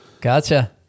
Gotcha